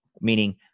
Meaning